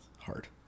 Hard